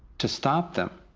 to stop them,